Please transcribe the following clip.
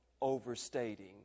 overstating